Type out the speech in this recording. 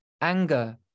anger